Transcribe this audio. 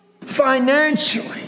Financially